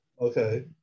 okay